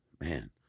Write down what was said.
man